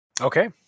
Okay